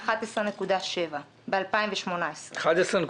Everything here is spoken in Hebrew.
רוב היחידות מלבד יחידות שפעלו ביוזמה אישית שלהן,